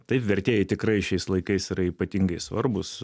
taip vertėjai tikrai šiais laikais yra ypatingai svarbūs